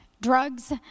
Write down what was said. Drugs